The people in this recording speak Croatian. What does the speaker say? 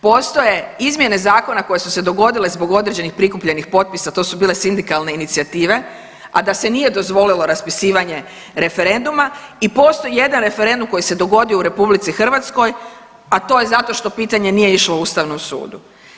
Postoje izmjene zakona koje su se dogodile zbog određenih prikupljenih potpisa, to su bile sindikalne inicijative, a da se nije dozvolilo raspisivanje referenduma, i postoji jedan referendum koji se dogodio u RH, a to je zato što pitanje nije išlo Ustavnom sudu.